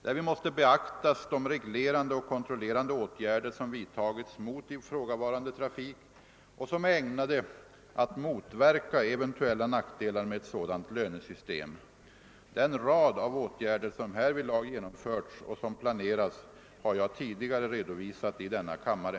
Därvid måste beaktas de reglerande och kontrollerande åtgärder som vidtagits mot ifrågavarande trafik och som är ägnade att motverka eventuella nackdelar med ett sådant lönesystem. Den rad av åtgärder som härvidlag genomförts och som planeras har jag tidigare redovisat i denna kammare.